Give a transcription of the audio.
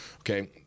Okay